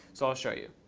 so i'll show you.